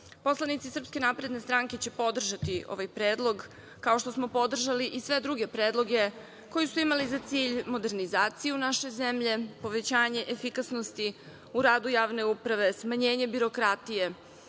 zemalja. Poslanici SNS će podržati ovaj predlog, kao što smo podržali i sve druge predloge koji su imali za cilj modernizaciju naše zemlje, povećanje efikasnosti u radnu javne uprave, smanjenje birokratije,